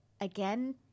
again